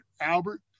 Albert